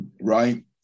Right